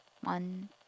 One